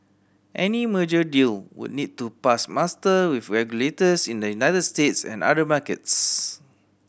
any merger deal would need to pass muster with regulators in the United States and other markets